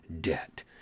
debt